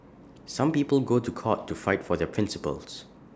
some people go to court to fight for their principles